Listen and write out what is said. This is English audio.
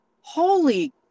holy